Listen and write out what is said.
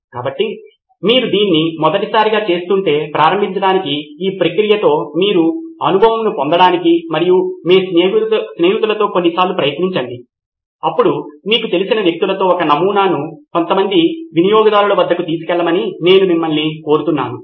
కాబట్టి మీరు దీన్ని మొదటిసారిగా చేస్తుంటే ప్రారంభించడానికి ఈ ప్రక్రియతో మీరు అనుభవమును పొందడానికి మరియు మీ స్నేహితులతో కొన్ని సార్లు ప్రయత్నించండి అప్పుడు మీకు తెలిసిన వ్యక్తులతో ఒక నమూనాను కొంతమంది వినియోగదారుల వద్దకు తీసుకెళ్లమని నేను మిమ్మల్ని కోరుతున్నాను